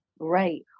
Right